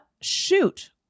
shoot